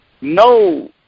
no